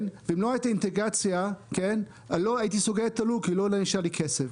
ואם לא הייתה את האינטגרציה הייתי סוגר את הלול כי לא היה נשאר לי כסף.